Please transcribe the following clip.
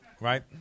Right